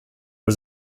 was